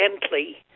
gently